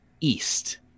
East